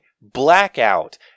blackout